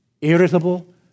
irritable